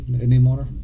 anymore